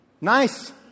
Nice